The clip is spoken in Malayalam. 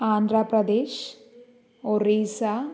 ആന്ധ്രാപ്രദേശ് ഒറീസ